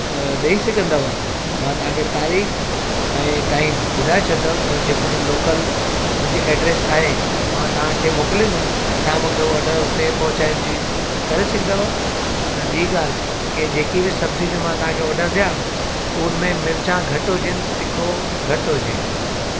ॾेई सघंदव मां तव्हांखे तारीख़ ऐं टाइम ॿुधाए छॾींदव ऐं जेको मुंहिंजो लोकल मुंहिंजी एड्रैस आहे मां तव्हांखे मोकिलींदुमि तव्हां मूंखे ऑडर हुते पहुचाइण जी त करे सघंदा ऐं ॿी ॻाल्हि की जेकी बि सब्जी जो मां तव्हांखे ऑडर ॾियां या को उन में मिर्चां घटि हुजनि तिखो घटि हुजे